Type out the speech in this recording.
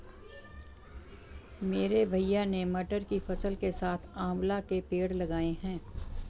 मेरे भैया ने मटर की फसल के साथ आंवला के पेड़ लगाए हैं